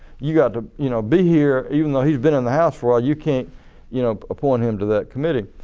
you have to you know be here even though he's been in the house for ah you can't you know appoint him to that committee.